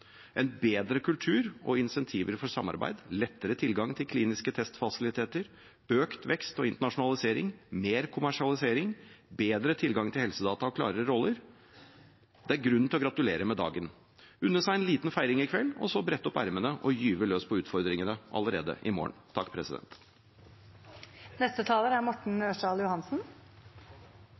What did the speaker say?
en bedre kultur, insentiver til samarbeid, lettere tilgang til kliniske testfasiliteter, økt vekst og internasjonalisering, mer kommersialisering, bedre tilgang til helsedata og klarere roller. Det er grunn til å gratulere med dagen, unne seg en liten feiring i kveld og så brette opp ermene og gyve løs på utfordringene allerede i morgen. Helsenæringen i Norge er